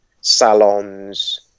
salons